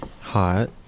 Hot